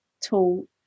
tool